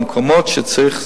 במקומות שצריך,